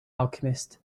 alchemist